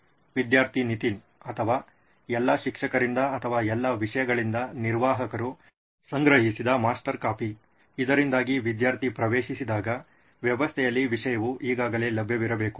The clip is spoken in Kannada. ವಿದ್ಯಾರ್ಥಿ ನಿತಿನ್ ಅಥವಾ ಎಲ್ಲಾ ಶಿಕ್ಷಕರಿಂದ ಅಥವಾ ಎಲ್ಲಾ ವಿಷಯಗಳಿಂದ ನಿರ್ವಾಹಕರು ಸಂಗ್ರಹಿಸಿದ ಮಾಸ್ಟರ್ ಕಾಪಿ ಇದರಿಂದಾಗಿ ವಿದ್ಯಾರ್ಥಿ ಪ್ರವೇಶಿಸಿದಾಗ ವ್ಯವಸ್ಥೆಯಲ್ಲಿ ವಿಷಯವು ಈಗಾಗಲೇ ಲಭ್ಯವಿರಬೇಕು